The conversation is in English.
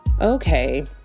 Okay